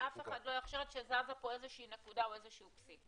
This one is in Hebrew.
שאף אחד לא יחשוב שזזה פה איזה שהיא נקודה או איזה שהוא פסיק,